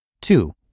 Two